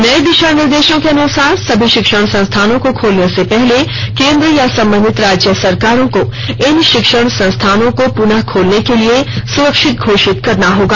नये दिशा निर्देशों के अनुसार सभी शिक्षण संस्थानों को खोलने से पहले केन्द्र या संबंधित राज्य सरकारों को इन शिक्षण संस्थानों को पुनः खोलने के लिए सुरक्षित घोषित करना होगा